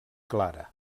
clara